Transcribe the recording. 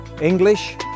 English